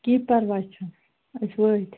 کیٚنٛہہ پَرواے چھُنہٕ أسۍ وٲتۍ